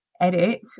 edit